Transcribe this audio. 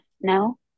no